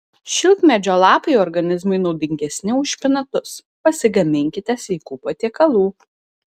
šilkmedžio lapai organizmui naudingesni už špinatus pasigaminkite sveikų patiekalų